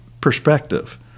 perspective